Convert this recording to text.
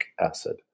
acid